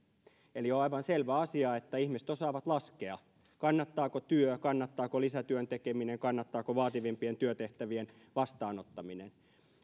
eli on aivan selvä asia että ihmiset osaavat laskea kannattaako työ kannattaako lisätyön tekeminen kannattaako vaativampien työtehtävien vastaanottaminen